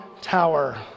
tower